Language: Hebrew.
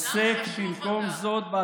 עוסק במקום זאת, אדם חשוך אתה.